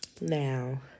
Now